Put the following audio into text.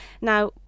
Now